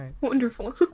Wonderful